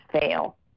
fail